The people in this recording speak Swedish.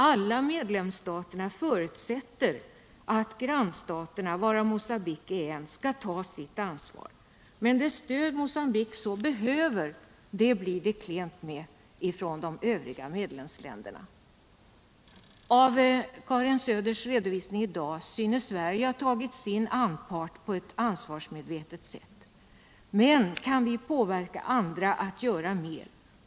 Alla medlemsstaterna förutsätter att grannstaterna, varav Mogambique är en, skall ta sitt ansvar. Men det stöd Mocambique så väl behöver blir det klent med ifrån de övriga medlemsländerna. Av Karin Söders redovisning i dag framgår att Sverige synes ha tagit sin anpart på ett ansvarsmedvetet sätt. Men kan vi påverka andra att göra mer?